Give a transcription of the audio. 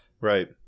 Right